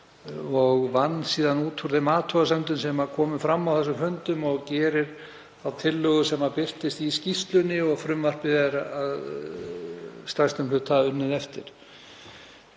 og vann síðan úr athugasemdum sem komu fram á þeim fundum og gerði þá tillögu sem birtist í skýrslunni og frumvarpið er að stærstum hluta unnið eftir.